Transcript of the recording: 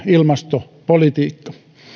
ilmastopolitiikka